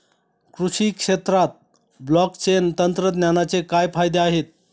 कृषी क्षेत्रात ब्लॉकचेन तंत्रज्ञानाचे काय फायदे आहेत?